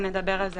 ונדבר על זה.